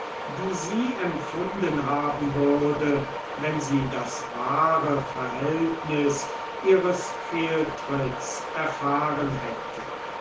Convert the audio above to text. die sie empfunden haben würde wenn sie das wahre verhältnis ihres fehltritts erfahren hätte